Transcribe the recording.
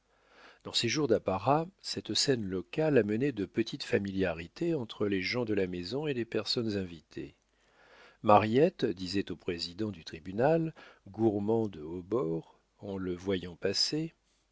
dans ces jours d'apparat cette scène locale amenait de petites familiarités entre les gens de la maison et les personnes invitées mariette disait au président du tribunal gourmand de haut bord en le voyant passer